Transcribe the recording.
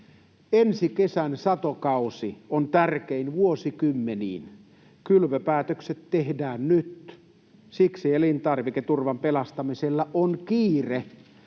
Ensi kesän satokausi on tärkein vuosikymmeniin. Kylvöpäätökset tehdään nyt, ja siksi elintarviketurvan pelastamisella on kiire.